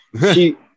She-